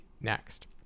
next